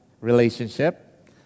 relationship